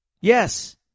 yes